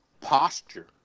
posture